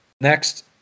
Next